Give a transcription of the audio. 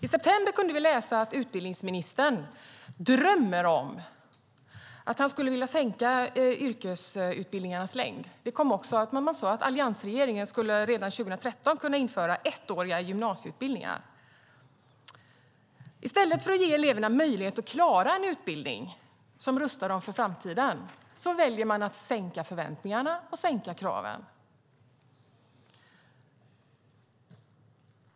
I september kunde vi läsa att utbildningsministern drömde om att sänka yrkesutbildningarnas längd. Man sade att alliansregeringen redan 2013 skulle kunna införa ettåriga gymnasieutbildningar. I stället för att ge eleverna möjlighet att klara en utbildning som rustar dem för framtiden väljer man att sänka förväntningarna och kraven.